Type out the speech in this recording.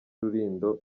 rulindo